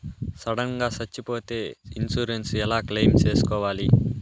Sudden గా సచ్చిపోతే insurance ఎలా క్లెయిమ్ సేసుకోవాలి?